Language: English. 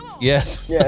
Yes